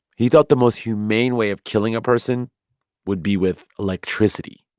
he thought the most humane way of killing a person would be with electricity.